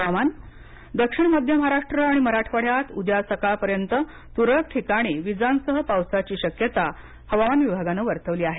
हवामान दक्षिण मध्य महाराष्ट्र आणि मराठवाड्यात उद्या सकाळपर्यंत तुरळक ठिकाणी वीजांसह पावसाची शक्यता हवामान विभागानं वर्तवली आहे